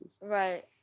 Right